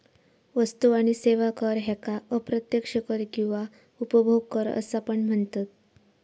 वस्तू आणि सेवा कर ह्येका अप्रत्यक्ष कर किंवा उपभोग कर असा पण म्हनतत